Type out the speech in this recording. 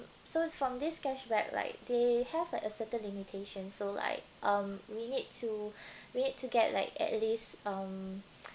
so from this cashback right they have like a certain limitation so like um we need to wait to get like at least um